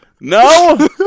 No